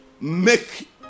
Make